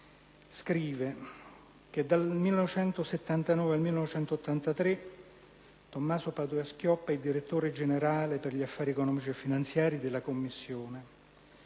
scrive: "Dal 1979 al 1983 Tommaso Padoa-Schioppa è direttore generale per gli affari economici e finanziari della Commissione